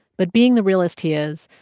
but being the realest he is,